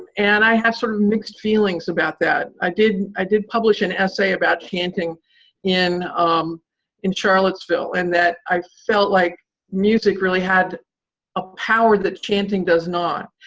and i have sort of mixed feelings about that. i did i did publish an essay about chanting in um in charlottesville, and that i felt like music really had a power that chanting does not.